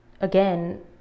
Again